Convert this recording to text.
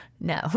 no